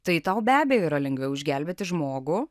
tai tau be abejo yra lengviau išgelbėti žmogų